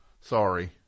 Sorry